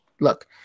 Look